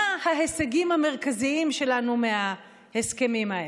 מה ההישגים המרכזיים שלנו מהסכמים האלה?